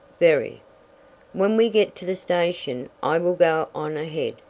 very when we get to the station i will go on ahead,